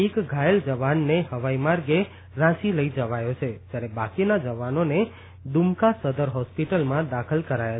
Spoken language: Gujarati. એક ઘાયલ જવાનોને હવાઇ માર્ગે રાંચી લઇ જવાયો છે જ્યારે બાકીના જવાનોને દુમકા સદર હોસ્પિટલમાં દાખલ કરાયા છે